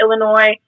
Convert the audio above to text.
Illinois